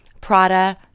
Prada